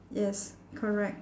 yes correct